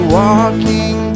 walking